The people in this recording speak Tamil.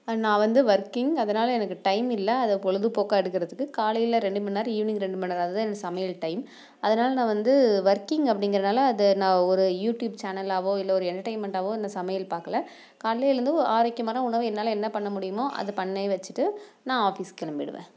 நான் வந்து வர்க்கிங் அதனாலே எனக்கு டைம் இல்ல அதை பொழுதுபோக்கா எடுக்கிறதுக்கு காலையில் ரெண்டு மணிநேரம் ஈவினிங் ரெண்டு மணிநேரம் அது தான் என்னோடய சமையல் டைம் அதனாலே நான் வந்து வர்கிங் அப்படிங்கிறதுனால அதை நான் ஒரு யூடியூப் சேனலாவோ இல்லை ஒரு என்டர்டெய்ன்மெண்ட்டாவோ இந்த சமையல் பார்க்கலை காலையில் எழுந்து ஓ ஆறரைக்கு மேலே உணவு என்னால் என்ன பண்ண முடியுமோ அதை பண்ணி வைச்சுட்டு நான் ஆஃபீஸ்க்கு கிளம்பிடுவேன்